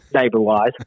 neighbor-wise